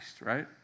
right